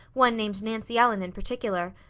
one named nancy ellen in particular.